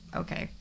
okay